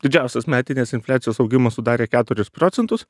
didžiausias metinės infliacijos augimas sudarė keturis procentus